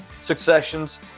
successions